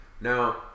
Now